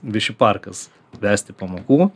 viši parkas vesti pamokų